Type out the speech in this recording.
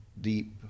deep